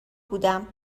بودم